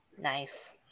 Nice